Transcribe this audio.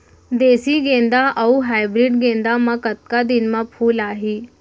देसी गेंदा अऊ हाइब्रिड गेंदा म कतका दिन म फूल आही?